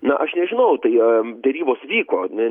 na aš nežinau tai derybos vyko ne